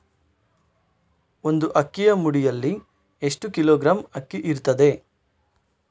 ಒಂದು ಅಕ್ಕಿಯ ಮುಡಿಯಲ್ಲಿ ಎಷ್ಟು ಕಿಲೋಗ್ರಾಂ ಅಕ್ಕಿ ಇರ್ತದೆ?